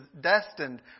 destined